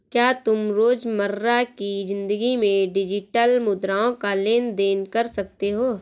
क्या तुम रोजमर्रा की जिंदगी में डिजिटल मुद्राओं का लेन देन कर सकते हो?